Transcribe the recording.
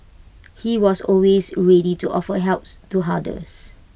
he was always ready to offer helps to others